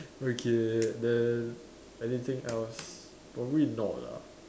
okay then anything else probably not lah